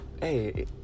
hey